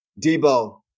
Debo